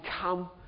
come